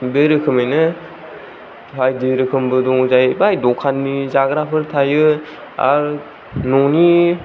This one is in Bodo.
बे रोखोमैनो बायदि रोखोमबो दङ जाहैबाय दखाननि जाग्राफोर थायो आरो न'नि